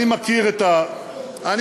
אני מכיר את המשחק.